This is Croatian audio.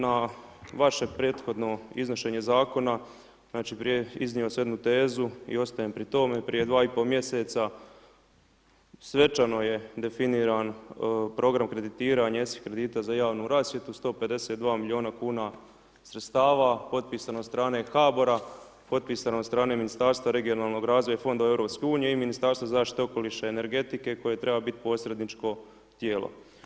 Na vaše prethodno iznošenje zakona, znači iznio sam jednu tezu i ostajem pri tome, prije dva i pol mjeseca svečano je definiran program kreditiranja ESI kredita za javnu rasvjetu 152 milijuna kuna sredstava potpisano od strane HBOR-a, potpisano od strane Ministarstva regionalnog razvoja i fondova Europske unije i Ministarstva zaštite okoliša i energetike koje je trebalo biti posredničko tijelo.